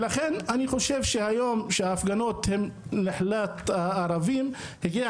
לכן אני חושב שההפגנות הן נחלת הערבים והגיע